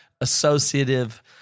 associative